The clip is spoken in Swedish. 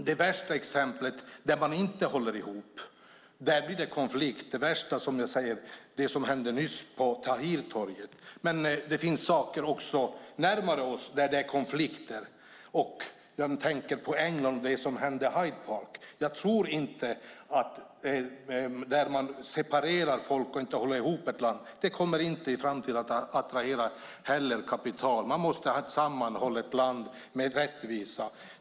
Det värsta exemplet på att man inte håller ihop kunde vi nyligen se på Tahrirtorget. Det finns exempel på konflikter närmare oss. Jag tänker på det som hände i Hyde Park i England. Ett land där man separerar folk och inte håller ihop kommer inte att attrahera kapital i framtiden. Man måste ha ett sammanhållet land med rättvisa.